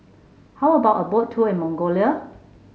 how about a Boat Tour in Mongolia